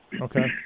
Okay